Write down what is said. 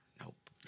Nope